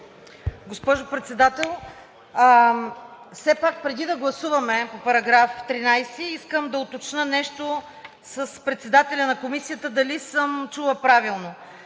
Госпожо Председател, преди да гласуваме § 13, искам да уточня нещо с председателя на Комисията. Дали съм чула правилно: